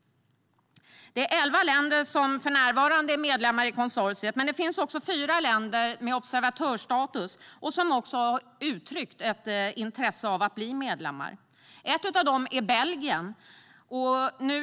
Det är elva länder som för närvarande är medlemmar i konsortiet, men det finns också fyra länder med observatörsstatus som har uttryckt ett intresse av att bli medlemmar. Ett av dem är Belgien.